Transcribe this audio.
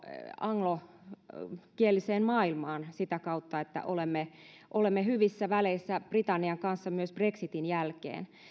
anglokieliseen maailmaan että olemme olemme hyvissä väleissä britannian kanssa myös brexitin jälkeen